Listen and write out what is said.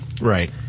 Right